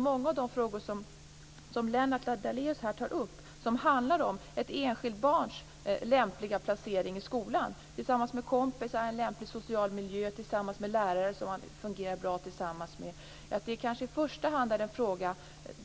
Många av de frågor som Lennart Daléus här tar upp och som handlar om ett enskilt barns lämpliga placering i skolan tillsammans med kompisar, i en lämplig social miljö och tillsammans med lärare som barnet fungerar bra tillsammans med, kanske i första hand är frågor